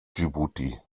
dschibuti